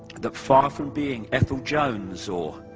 that far from being ethel jones, or